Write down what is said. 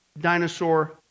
dinosaur